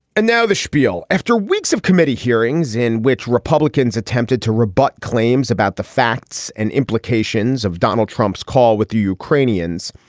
and now the schpiel. after weeks of committee hearings in which republicans attempted to rebut claims about the facts and implications of donald trump's call with the ukrainians.